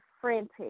frantic